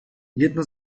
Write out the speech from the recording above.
jedna